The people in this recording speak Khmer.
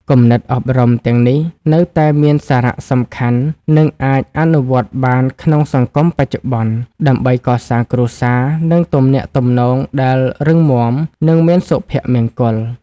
គំនិតអប់រំទាំងនេះនៅតែមានសារៈសំខាន់ និងអាចអនុវត្តបានក្នុងសង្គមបច្ចុប្បន្ន ដើម្បីកសាងគ្រួសារ និងទំនាក់ទំនងដែលរឹងមាំ និងមានសុភមង្គល។